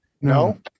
no